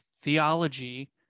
theology